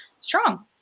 strong